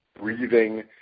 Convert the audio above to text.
breathing